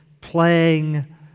playing